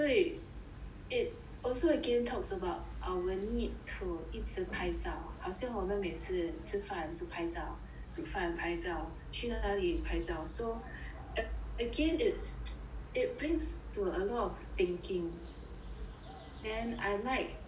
it also again talks about our need to 一直拍照好像我们每次吃饭就拍照煮饭拍照去哪里拍照 so again it's it brings to a lot of thinking then I like